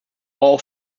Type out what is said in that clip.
all